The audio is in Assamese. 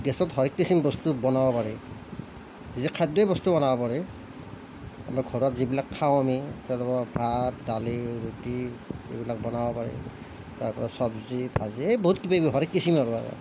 গেছত হৰ এক কিচিম বস্তু বনাব পাৰি যে খাদ্যই বস্তু বনাব পাৰি মানে ঘৰত যিবিলাক খাওঁ আমি তেনেকুৱা ভাত দালি ৰুটি এইবিলাক বনাব পাৰি তাৰ পৰা চব্জি ভাজি এই বহুত কিবা কিবি হৰ এক কিচিম আৰু